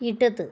ഇടത്